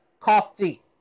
Coffee